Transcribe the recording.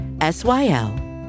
S-Y-L